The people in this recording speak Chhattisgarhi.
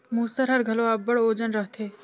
मूसर हर घलो अब्बड़ ओजन रहथे